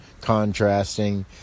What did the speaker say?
contrasting